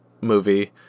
movie